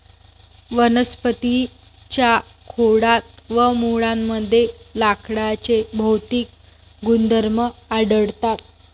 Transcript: वनस्पतीं च्या खोडात व मुळांमध्ये लाकडाचे भौतिक गुणधर्म आढळतात